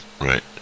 right